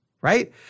right